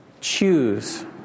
choose